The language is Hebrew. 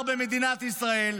שר במדינת ישראל.